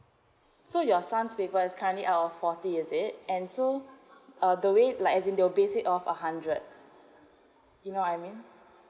so your son's paper is currently out of forty is it and so uh the way like exam they'll based it out of a hundred you know I mean